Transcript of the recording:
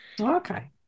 Okay